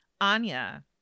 anya